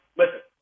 listen